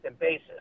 basis